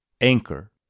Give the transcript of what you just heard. anchor